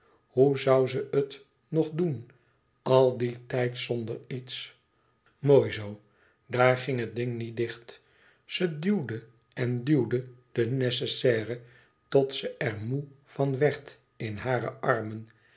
hoe zoû ze het nog doen al dien tijd zonder iets mooi zoo daar ging het ding niet dicht ze duwde en duwde de nécessaire tot ze er moê van werd in hare armen